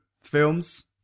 films